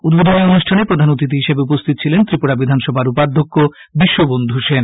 উদ্বোধনী অনুষ্ঠানে প্রধান অতিথি হিসেবে উপস্হিত ছিলেন ত্রিপুরা বিধানসভার উপাধ্যক্ষ বিশ্ববন্ধু সেন